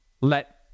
let